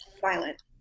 violent